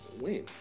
wins